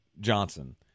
Johnson